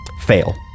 Fail